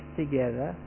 together